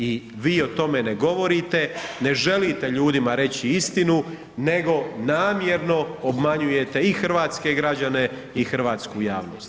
I vi o tome ne govorite, ne želite ljudima reći istinu nego namjerno obmanjujete i hrvatske građane i hrvatsku javnost.